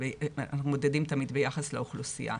אנחנו מודדים תמיד ביחס לאוכלוסייה,